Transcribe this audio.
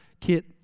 Kit